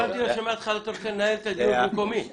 אני מנסה להסב את תשומת הלב לדברים שצריכים לבדוק.